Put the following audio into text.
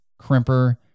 crimper